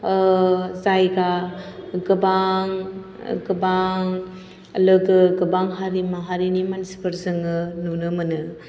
जायगा गोबां गोबां लोगो गोबां हारि माहारिनि मानसिफोर जोङो नुनो मोनो